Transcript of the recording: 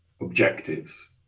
objectives